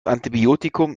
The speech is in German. antibiotikum